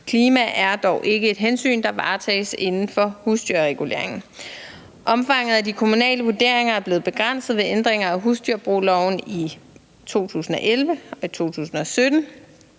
Klima er dog ikke et hensyn, der varetages inden for husdyrreguleringen. Omfanget af de kommunale vurderinger er blevet begrænset ved ændringer af husdyrbrugloven i 2011 og i 2017.